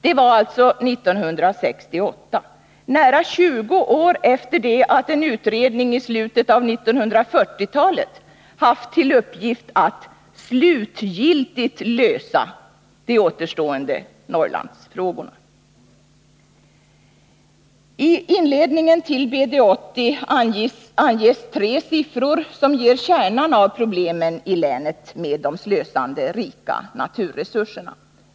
Det var alltså 1968, nära 20 år efter det att en utredning i slutet av 1940-talet hade haft till uppgift att slutgiltigt lösa de återstående Norrlandsfrågorna. I inledningen till BD 80 anges tre siffror som ger kärnan av problemen i länet med de slösande rika naturresurserna.